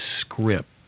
Script